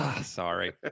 Sorry